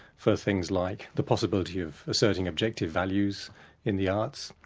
for things like the possibility of asserting objective values in the arts,